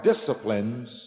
disciplines